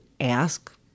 ask